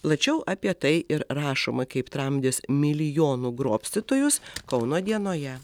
plačiau apie tai ir rašoma kaip tramdys milijonų grobstytojus kauno dienoje